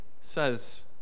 says